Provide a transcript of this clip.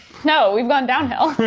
no, we've gone downhill.